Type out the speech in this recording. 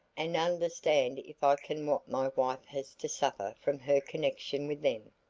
and understand if i can what my wife has to suffer from her connection with them.